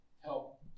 help